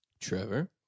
Trevor